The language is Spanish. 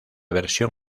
versión